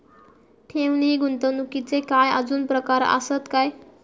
ठेव नी गुंतवणूकचे काय आजुन प्रकार आसत काय?